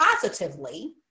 positively